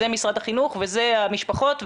זה משרד החינוך וזה המשפחות.